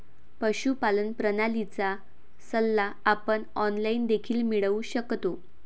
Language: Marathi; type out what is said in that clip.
पशुपालन प्रणालीचा सल्ला आपण ऑनलाइन देखील मिळवू शकतो